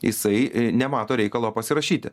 jisai nemato reikalo pasirašyti